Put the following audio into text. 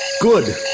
Good